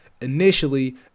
initially